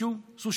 מסעדה,